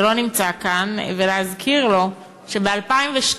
שלא נמצא כאן, ולהזכיר לו שב-2012,